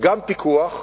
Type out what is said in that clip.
גם פיקוח,